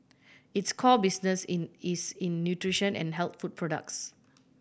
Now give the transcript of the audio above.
its core business in is in nutrition and health food products